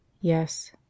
Yes